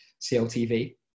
CLTV